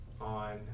on